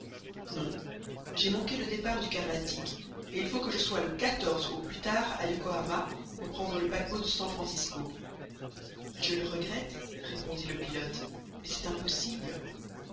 non j'ai manqué le départ du carnatic et il faut que je sois le au plus tard à yokohama pour prendre le paquebot de san francisco je le regrette répondit le pilote mais c'est impossible